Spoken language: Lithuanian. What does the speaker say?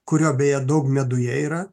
kurio beje daug meduje yra